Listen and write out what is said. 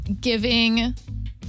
giving